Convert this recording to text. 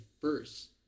first